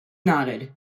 nodded